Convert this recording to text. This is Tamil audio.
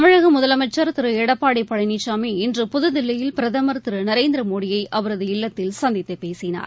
தமிழக முதலமைச்சா் திரு எடப்பாடி பழனிசாமி இன்று புதுதில்லியில் பிரதமா் திரு நரேந்திர மோடியை அவரது இல்லத்தில் சந்தித்து பேசினார்